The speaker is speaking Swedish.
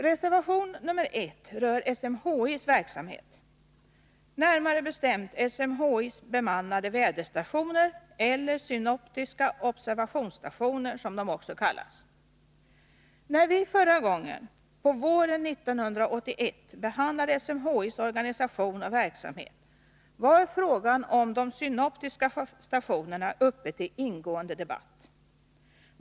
Reservation nr 1 rör SMHI:s verksamhet, närmare bestämt SMHI:s bemannade väderstationer, eller synoptiska observationsstationer, som de också kallas. När vi förra gången, på våren 1981, behandlade SMHI:s organisation och verksamhet var frågan om de synoptiska stationerna uppe till ingående debatt.